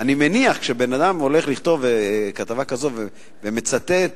אני מניח שאדם שכותב כתבה כזו ומצטט